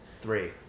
Three